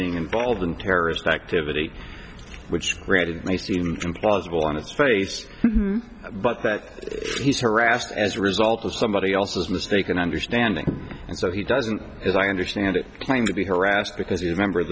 being involved in terrorist activity which granted may seem implausible on its face but that if he's harassed as a result of somebody else's mistaken understanding and so he doesn't as i understand it claim to be harassed because you remember